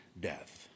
death